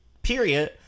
period